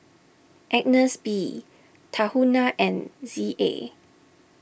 Agnes B Tahuna and Z A